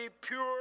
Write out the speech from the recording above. pure